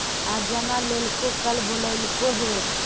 आज जमा लेलको कल बोलैलको हे?